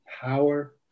power